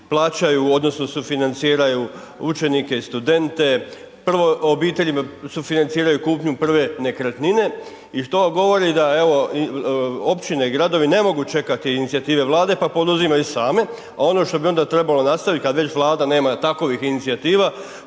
plaćaju odnosno sufinanciraju učenike i studente, prvo obiteljima sufinanciraju kupnju prve nekretnine i što vam govori da evo općine i gradovi ne mogu čekati inicijative Vlade, pa poduzimaju same, a ono što bi onda trebalo nastavit kad već Vlada nema takovih inicijativa,